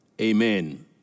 amen